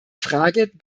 frage